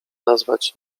nazwać